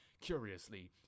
Curiously